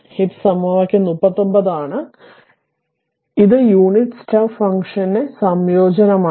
ഇത് സമവാക്യം 39 ആണ് ഇതാണ് ഇത് യൂണിറ്റ് സ്റ്റെപ്പ് ഫംഗ്ഷന്റെ സംയോജനമാണ്